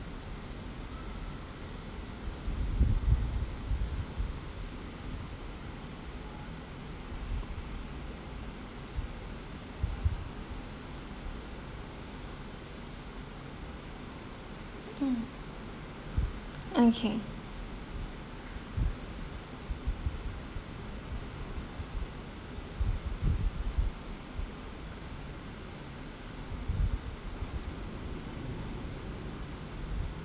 mm okay